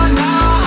now